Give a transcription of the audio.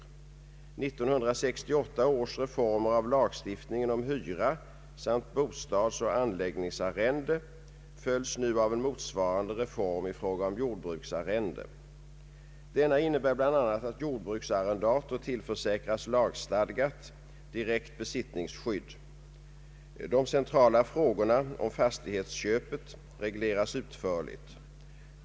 1968 års reformer av lagstiftningen om hyra samt bostadsoch anläggningsarrende följs nu av en motsvarande reform i fråga om jordbruksarrende. Denna innebär bl.a. att jordbruksarrendator tillförsäkras lagstadgat direkt besittningsskydd. De centrala frågorna om fastighetsköpet regleras utförligt.